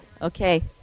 Okay